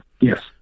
Yes